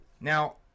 Now